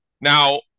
Now